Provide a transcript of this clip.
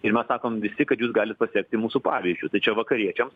ir mes sakom visi kad jūs galit pasekti į mūsų pavyzdžiu tai čia vakariečiams